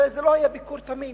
הרי זה לא היה ביקור תמים.